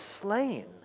slain